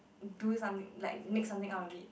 do it something like next something out of it